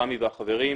רמי והחברים,